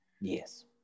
Yes